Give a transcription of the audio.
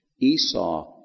Esau